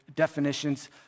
definitions